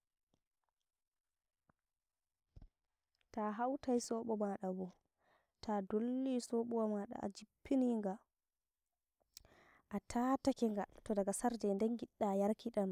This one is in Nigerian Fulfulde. Ta hautai sobo maɗa bo, to dolli sobowa maɗa a jippiniga, a taatakega, to daga sarɗe ɗen ngiɗɗa yarki ɗam